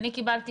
אני קיבלתי